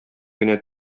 генә